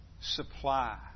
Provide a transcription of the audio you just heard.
supply